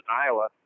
Iowa